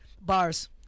Bars